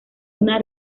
una